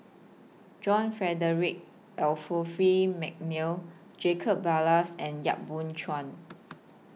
John Frederick Mcnair Jacob Ballas and Yap Boon Chuan